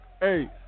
Hey